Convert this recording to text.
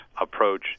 approach